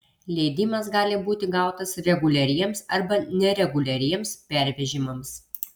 leidimas gali būti gautas reguliariems arba nereguliariems pervežimams